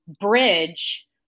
bridge